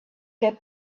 get